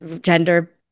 gender